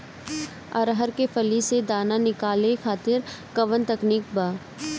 अरहर के फली से दाना निकाले खातिर कवन तकनीक बा का?